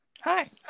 Hi